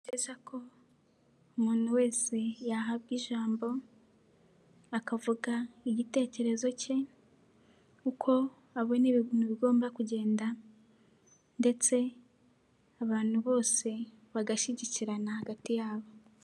Ni byiza ko umuntu wese yahabwa ijambo, akavuga igitekerezo cye, uko abona ibintu bigomba kugenda ndetse abantu bose bagashyigikirana hagati yabo.